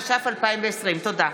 התש"ף 2020. תודה.